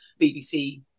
BBC